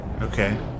Okay